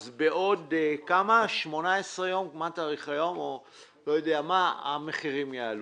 בעוד כמה ימים המחירים יעלו.